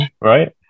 right